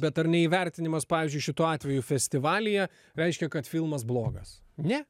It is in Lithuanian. bet ar neįvertinimas pavyzdžiui šituo atveju festivalyje reiškia kad filmas blogas ne